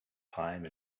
time